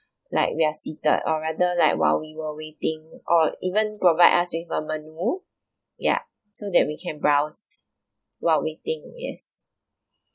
like we are seated or rather like while we were waiting or even provide us with a menu ya so that we can browse while waiting yes